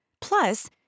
Plus